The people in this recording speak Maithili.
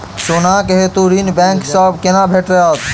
सोनाक हेतु ऋण बैंक सँ केना भेटत?